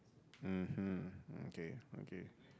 mmhmm okay okay